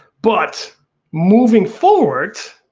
but moving forward,